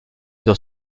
dans